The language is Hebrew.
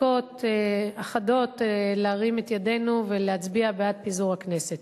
דקות אחדות להרים את ידינו ולהצביע בעד פיזור הכנסת.